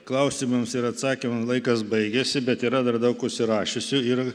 klausimams ir atsakymam laikas baigėsi bet yra dar daug užsirašiusių ir